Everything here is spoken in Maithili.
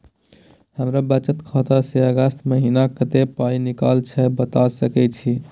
हमर बचत खाता स अगस्त महीना कत्ते पाई निकलल छै बता सके छि?